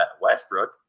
Westbrook